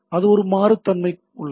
அது ஒரு மாறும் தன்மை உள்ளது